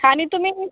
आणि तुम्ही